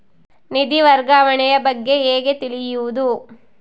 ನಿಧಿ ವರ್ಗಾವಣೆ ಬಗ್ಗೆ ಹೇಗೆ ತಿಳಿಯುವುದು?